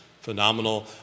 phenomenal